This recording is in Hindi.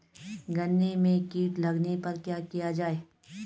गन्ने में कीट लगने पर क्या किया जाये?